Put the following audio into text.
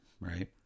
Right